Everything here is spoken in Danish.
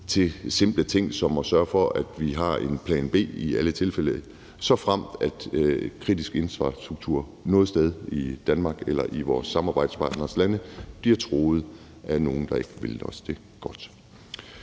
til simple ting som at sørge for, at vi har en plan B i alle tilfælde, såfremt kritisk infrastruktur noget sted i Danmark eller i vores samarbejdspartneres lande bliver truet af nogle, der ikke vil os det godt.